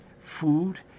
food